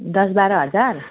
दस बाह्र हजार